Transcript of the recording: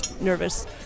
nervous